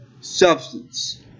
substance